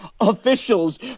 officials